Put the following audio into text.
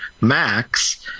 Max